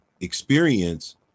experience